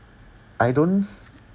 I don't